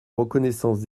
reconnaissance